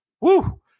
Woo